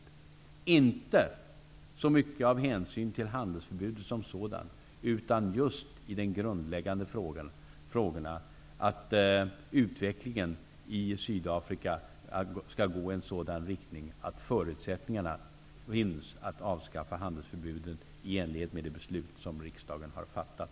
Det är inte så mycket av hänsyn till handelsförbudet som sådant utan just i de grundläggande frågorna att utvecklingen i Sydafrika skall gå i en sådan riktning att förutsättningarna finns att avskaffa handelsförbudet i enlighet med det beslut som riksdagen har fattat.